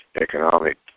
economic